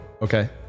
Okay